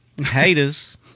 Haters